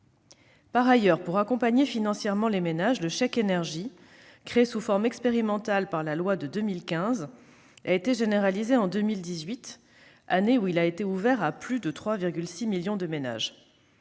Par ailleurs, pour accompagner financièrement les ménages, le chèque énergie, créé sous forme expérimentale par la loi de 2015, a été généralisé en 2018, année où il a été ouvert à plus de 3,6 millions de ménages.